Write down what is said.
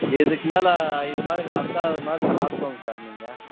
இதற்குமேல இதுமாதிரி நடக்காத மாதிரி பார்த்துக்கோங்க சார் நீங்கள்